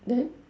then